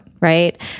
right